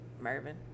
Mervin